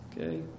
Okay